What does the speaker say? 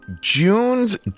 June's